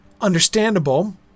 understandable